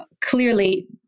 clearly